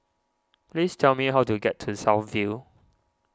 please tell me how to get to South View